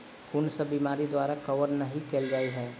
कुन सब बीमारि द्वारा कवर नहि केल जाय है?